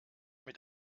mit